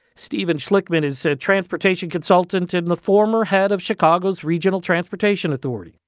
steven schlickman is a transportation consultant and the former head of chicago's regional transportation authority.